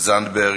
זנדברג,